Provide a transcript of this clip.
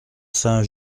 saint